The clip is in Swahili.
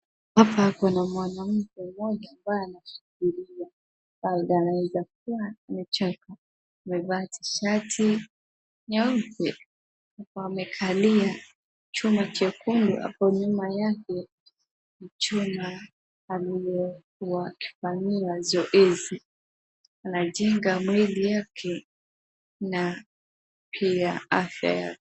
Hapa kuna mwanamke mmoja ambaye anashikilia barbell anaweza kuwa amechaka. Amevaa tishati nyeupe, amekalia chuma chekundu. Hapo nyuma yake ni chuma alikuwa akifanyia zoezi. Anajenga mwili yake na pia afya yake.